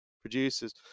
producers